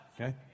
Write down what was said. Okay